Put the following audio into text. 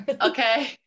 Okay